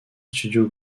studio